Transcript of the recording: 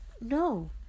no